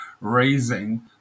raising